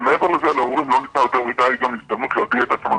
ומעבר לזה להורים לא הייתה יותר מדי הזדמנות להביע את עצמם,